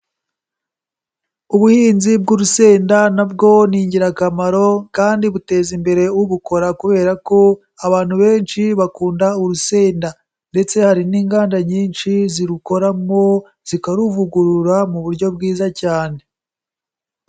Ubuhinzi bw'urusenda nabwo ni ingirakamaro kandi buteza imbere ubukora kubera ko abantu benshi bakunda urusenda, ndetse hari n'inganda nyinshi zirukoramo, zikaruvugurura mu buryo bwiza cyane.